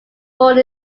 born